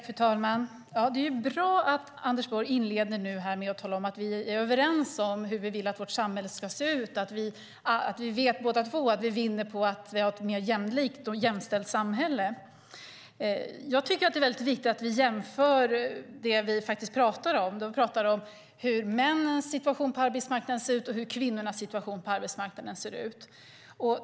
Fru talman! Det är bra att Anders Borg inleder med att tala om att vi är överens om hur vi vill att vårt samhälle ska se ut. Vi vet båda två att vi vinner på att vi har ett mer jämlikt och jämställt samhälle. Jag tycker att det är mycket viktigt att vi jämför det som vi faktiskt talar om. Vi talar om hur männens situation på arbetsmarknaden ser ut och hur kvinnornas situation på arbetsmarknaden ser ut.